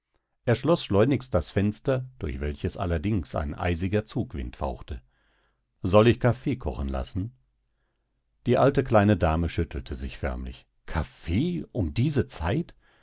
er schloß schleunigst das fenster durch welches allerdings ein eisiger zugwind fauchte soll ich kaffee kochen lassen die alte kleine dame schüttelte sich förmlich kaffee um diese zeit